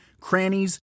crannies